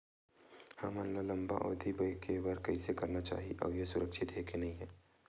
हमन ला लंबा अवधि के बर कइसे करना चाही अउ ये हा सुरक्षित हे के नई हे?